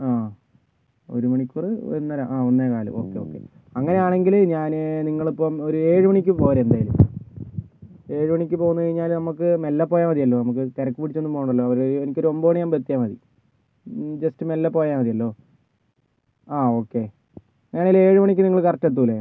ആ ഒരു മണിക്കൂറ് ഒന്നര ആ ഒന്നേകാല് ഓക്കെ ഓക്കെ അങ്ങനെ ആണെങ്കില് ഞാന് നിങ്ങളിപ്പം ഒരു ഏഴുമണിക്ക് പോരെ എന്തായാലും ഏഴുമണിക്ക് പോന്ന് കഴിഞ്ഞാല് നമുക്ക് മെല്ലെ പോയാൽ മതിയല്ലോ നമുക്ക് തിരക്ക് പിടിച്ചൊന്നും പോകണ്ടല്ലോ ഒരു എനിക്ക് ഒരു ഒമ്പത് മണി ആകുമ്പോൾ എത്തിയാൽ മതി ജസ്റ്റ് മെല്ലെ പോയാൽ മതിയല്ലോ ആ ഓക്കെ അങ്ങനെ ആണെങ്കില് ഏഴ് മണിക്ക് നിങ്ങള് കറക്റ്റ് എത്തും അല്ലെ